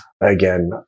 again